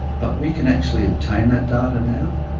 but we can actually obtain that data now,